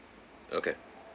okay